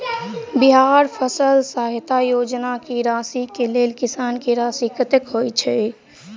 बिहार फसल सहायता योजना की राशि केँ लेल किसान की राशि कतेक होए छै?